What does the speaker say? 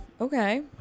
okay